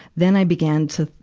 then i began to,